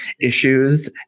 issues